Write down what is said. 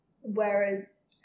whereas